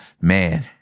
man